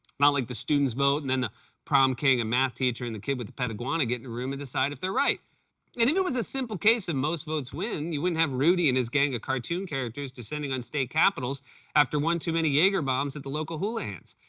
not like the students vote and then the prom king, a math teacher, and the kid with the pet iguana get in a room and decide if they're right. and, if it was a simple case and most votes win, you wouldn't have rudy and his gang of cartoon characters descending on state capitals after one too many jaegerbombs at the local houlihan's.